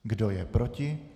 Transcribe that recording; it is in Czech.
Kdo je proti?